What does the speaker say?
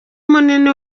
munini